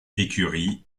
écurie